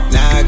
Now